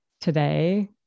today